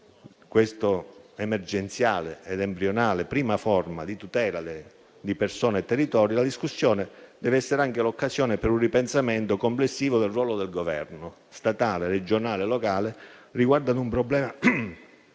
questa emergenziale ed embrionale prima forma di tutela delle persone e del territorio, la discussione deve essere anche l'occasione per un ripensamento complessivo del ruolo del Governo, statale, regionale e locale, riguardante un problema